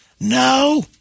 no